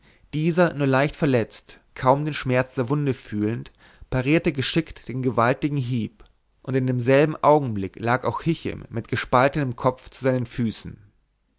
dieser nur leicht verletzt kaum den schmerz der wunde fühlend parierte geschickt den gewaltigen hieb und in demselben augenblick lag auch hichem mit gespaltenem kopf zu seinen füßen